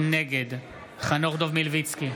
נגד חנוך דב מלביצקי,